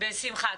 בשמחה.